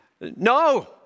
no